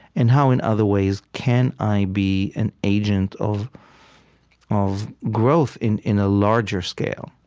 and how, in other ways, can i be an agent of of growth in in a larger scale,